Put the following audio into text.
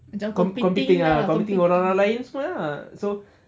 com~ competing competing orang-orang lain semua ah so